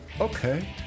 okay